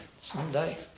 someday